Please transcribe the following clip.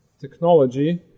technology